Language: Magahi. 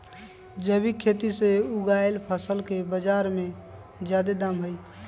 जैविक खेती से उगायल फसल के बाजार में जादे दाम हई